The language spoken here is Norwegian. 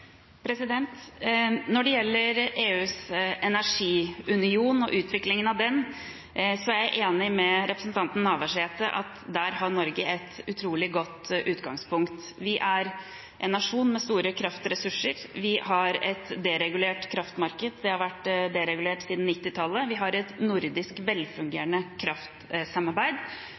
Når det gjelder EUs energiunion og utviklingen av den, er jeg enig med representanten Navarsete i at der har Norge et utrolig godt utgangspunkt. Vi er en nasjon med store kraftressurser. Vi har et deregulert kraftmarked. Det har vært deregulert siden 1990-tallet. Vi har et nordisk velfungerende kraftsamarbeid